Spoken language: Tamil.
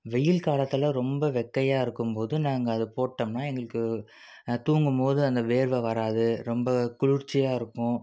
வெயில் காலத்தில் ரொம்ப வெக்கையாக இருக்கும்போது நாங்கள் அதை போட்டோம்னால் எங்களுக்கு தூங்கும்போது அந்த வேர்வை வராது ரொம்ப குளிர்ச்சியாக இருக்கும்